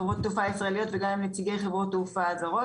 חברות התעופה הישראליות ועם נציגי חברות תעופה זרות.